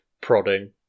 prodding